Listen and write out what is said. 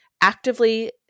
actively